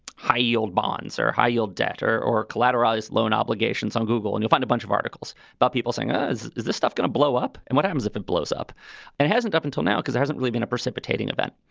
high yield bonds or high yield debt or or collateralized loan obligations on google. and you'll find a bunch of articles by people saying, ah is is this stuff going to blow up? and what happens if it blows up and hasn't up until now, because it hasn't really been a precipitating event.